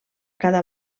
cada